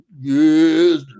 yes